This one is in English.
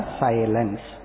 silence